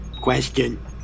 Question